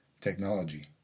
technology